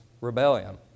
rebellion